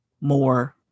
more